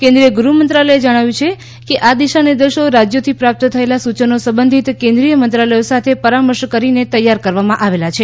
કેન્દ્રીય ગૃહમંત્રાલયે જણાવ્યું કે આ દિશાનિર્દેશો રાજયોથી પ્રાપ્ત થયેલા સુચનો સંબંધિત કેન્દ્રીય મંત્રાલયો સાથે પરામર્શ કરીને તૈયાર કરવામાં આવેલ છે